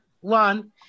one